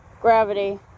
gravity